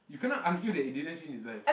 you cannot argue that it didn't change his life